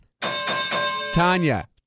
Tanya